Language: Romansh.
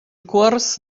cuors